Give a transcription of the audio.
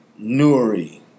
Nuri